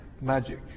Magic